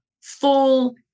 full